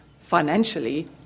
financially